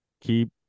keep